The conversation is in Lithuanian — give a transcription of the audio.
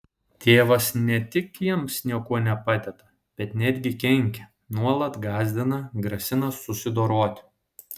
tėvas ne tik jiems niekuo nepadeda bet netgi kenkia nuolat gąsdina grasina susidoroti